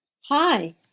Hi